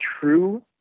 true